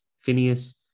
Phineas